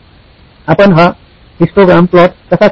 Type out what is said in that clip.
आपण हा histogram plot कसा कराल